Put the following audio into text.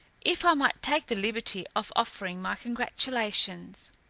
if i might take the liberty of offering my congratulations!